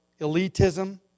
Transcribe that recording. elitism